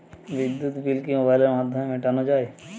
বিদ্যুৎ বিল কি মোবাইলের মাধ্যমে মেটানো য়ায়?